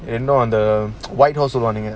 and on the white house the running it